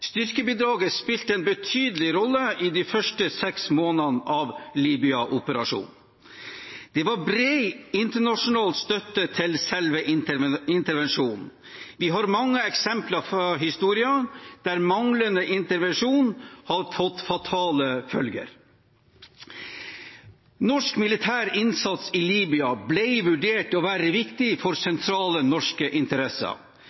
Styrkebidraget spilte en betydelig rolle i de første seks månedene av Libya-operasjonen. Det var bred internasjonal støtte til selve intervensjonen. Vi har mange eksempler fra historien der manglende intervensjon har fått fatale følger. Norsk militær innsats i Libya ble vurdert til å være riktig for